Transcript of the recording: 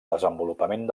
desenvolupament